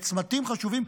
בצמתים חשובים,